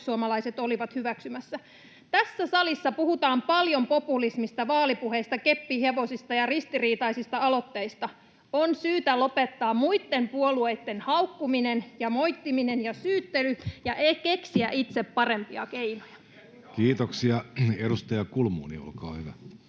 perussuomalaiset olivat hyväksymässä. Tässä salissa puhutaan paljon populismista, vaalipuheista, keppihevosista ja ristiriitaisista aloitteista. On syytä lopettaa muitten puolueitten haukkuminen ja moittiminen ja syyttely ja keksiä itse parempia keinoja. [Perussuomalaisten ryhmästä: